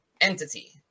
Entity